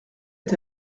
est